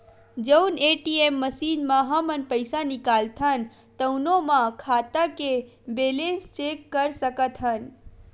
जउन ATM machine म हमन पइसा निकालथन तउनो म खाता के बेलेंस चेक कर सकत हन